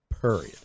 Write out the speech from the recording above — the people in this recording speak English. period